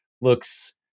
looks